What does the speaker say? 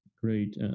great